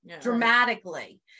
dramatically